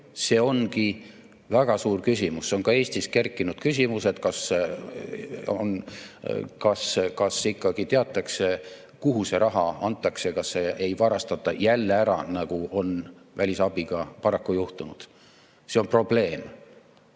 See ongi väga suur küsimus. See on ka Eestis kerkinud küsimus, kas ikka teatakse, kuhu see raha antakse, ega seda ei varastata jälle ära, nagu on välisabiga paraku juhtunud. See on probleem.